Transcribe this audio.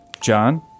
John